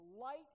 light